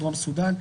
דרום סודן,